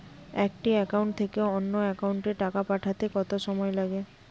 একটি একাউন্ট থেকে অন্য একাউন্টে টাকা পাঠাতে কত সময় লাগে?